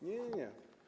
Nie, nie, nie.